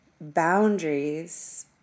boundaries